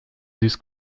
this